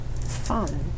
Fun